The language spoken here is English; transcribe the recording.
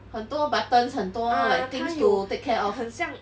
很多 buttons 很多 like things to take care of